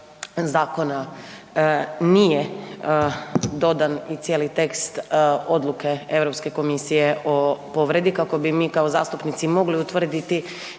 zakona nije dodan i cijeli tekst odluke Europske komisije o povredi, kako bi mi kao zastupnici mogli utvrditi